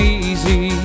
easy